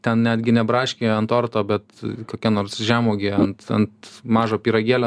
ten netgi ne braškė ant torto bet kokia nors žemuogė ant ant mažo pyragėlio